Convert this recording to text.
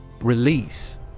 Release